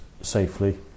safely